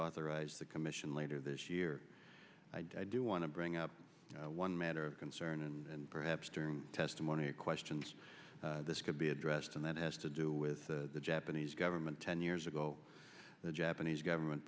reauthorize the commission later this year i do want to bring up one man concern and perhaps during testimony questions this could be addressed and that has to do with the japanese government ten years ago the japanese government